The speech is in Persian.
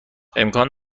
امکان